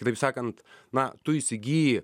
kitaip sakant na tu įsigyji